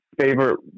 favorite